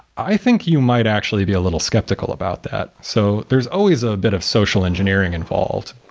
i think you might actually be a little skeptical about that. so there's always a bit of social engineering involved,